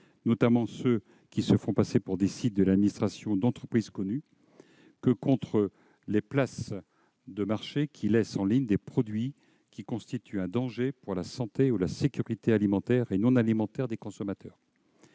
notamment ceux qui se font passer pour des sites de l'administration ou d'entreprises connues, que contre les places de marché qui laissent en ligne des produits représentant un danger pour la santé ou la sécurité alimentaire et non alimentaire des consommateurs.